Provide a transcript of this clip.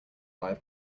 live